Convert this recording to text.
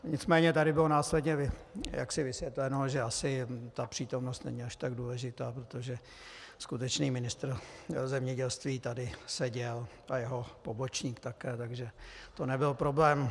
Nicméně tady bylo následně jaksi vysvětleno, že asi ta přítomnost není až tak důležitá, protože skutečný ministr zemědělství tady seděl a jeho pobočník také, takže to nebyl problém.